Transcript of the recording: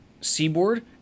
seaboard